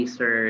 Sir